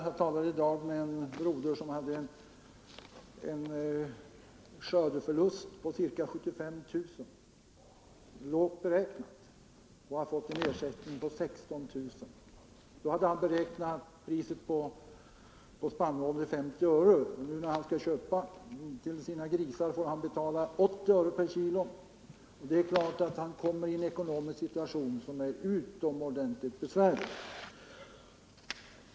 Jag talade i dag med en broder som hade en skördeförlust på ca 75 000 kr., lågt räknat, och som fått en ersättning på 16 000. Då hade han beräknat priset på spannmålen till 50 öre per kg, och nu när han skall köpa spannmål till sina grisar får han betala 80 öre per kg. Det är klart att han kommer i en utomordentligt besvärlig ekonomisk situation.